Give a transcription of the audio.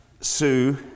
Sue